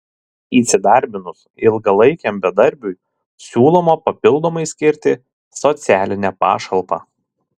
įsidarbinus ilgalaikiam bedarbiui siūloma papildomai skirti socialinę pašalpą